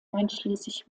einschließlich